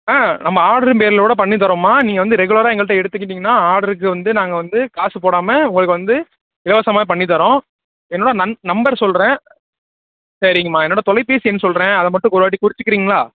ஆ நம்ம ஆர்ட்ரின் பேரில் கூட பண்ணித் தரோம்மா நீங்கள் வந்து ரெகுலராக எங்கள்கிட்ட எடுத்துக்கிட்டீங்கன்னால் ஆர்ட்ருக்கு வந்து நாங்கள் வந்து காசு போடாமல் உங்களுக்கு வந்து இலவசமாக பண்ணித் தரோம் என்னோடய நண் நம்பர் சொல்கிறேன் சரிங்கம்மா என்னோடய தொலைபேசி எண் சொல்கிறேன் அதை மட்டும் ஒரு வாட்டி குறிச்சுக்கிறீங்களா